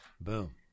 boom